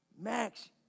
Max